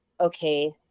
okay